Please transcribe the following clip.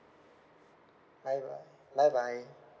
bye bye bye bye